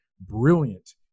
brilliant